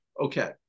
okay